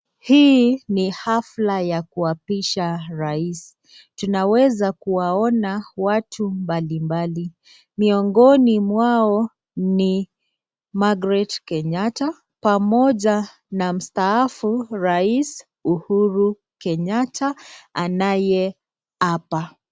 Hii ni hafla ya kuapisha rais. Tunaweza kuona watu mbali mbali, miongoni mwao ni Margret Kenyatta, pamoja na mstaafu rais Uhuru Kenyatta anaye hapa.